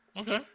okay